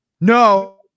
no